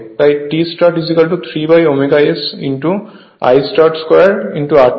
তাই T start3ω S I start 2 r2 এটা হল সমীকরণ 44